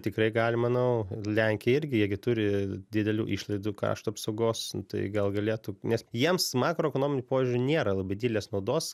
tikrai gali manau lenkija irgi jie gi turi didelių išlaidų kaštų apsaugos tai gal galėtų nes jiems makro ekonominiu požiūriu nėra labai didelės naudos